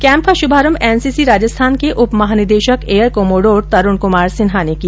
camp का शुभारंभ NCC Rajasthan के उप महानिदेशक एयर कोमोडोर तरुण कुमार सिन्हा ने किया